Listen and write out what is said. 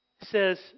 Says